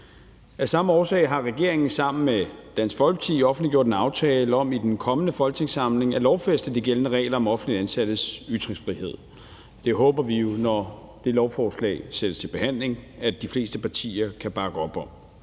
Af samme årsag har regeringen sammen med Dansk Folkeparti offentliggjort en aftale om i den kommende folketingssamling at lovfæste de gældende regler om offentligt ansattes ytringsfrihed, og der håber vi jo, at de fleste partier, når det lovforslag sættes til behandling, kan bakke op om